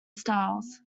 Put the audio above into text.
styles